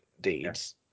deeds